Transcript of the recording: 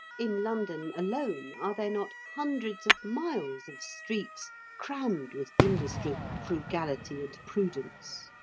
in london alone are there not hundreds of miles of streets crammed with industry, frugality, and prudence?